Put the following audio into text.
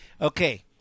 Okay